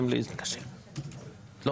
לא